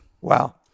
Wow